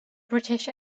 british